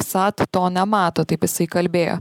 vsat to nemato taip jisai kalbėjo